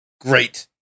Great